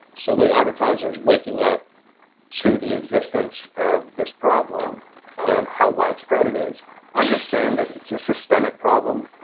so with advertisers waking up to the existence of this problem and how widespread it is understand that it's a systemic problem.